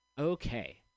Okay